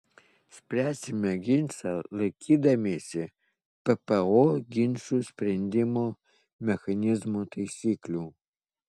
spręsime ginčą laikydamiesi ppo ginčų sprendimo mechanizmo taisyklių